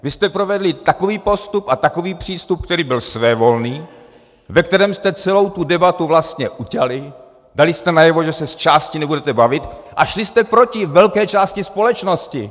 Vy jste provedli takový postup a takový přístup, který byl svévolný, ve kterém jste celou tu debatu vlastně uťali, dali jste najevo, že se zčásti nebudete bavit a šli jste proti velké části společnosti.